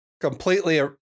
completely